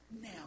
now